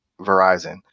Verizon